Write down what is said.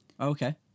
Okay